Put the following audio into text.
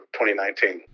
2019